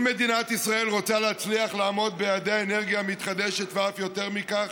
אם מדינת ישראל רוצה להצליח לעמוד ביעדי האנרגיה המתחדשת ואף יותר מכך,